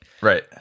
right